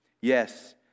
Yes